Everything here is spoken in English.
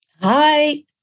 Hi